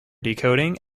decoding